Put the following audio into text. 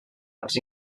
els